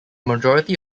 majority